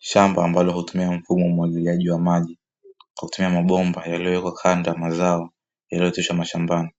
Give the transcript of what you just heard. Shamba ambalo hutumia mfumo wa umwagiliaji wa maji kwa kutumia mabomba yaliyowekwa kando ya mazao yaliyooteshwa mashambani,